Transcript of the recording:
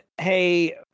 hey